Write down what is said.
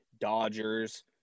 Dodgers